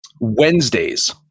Wednesdays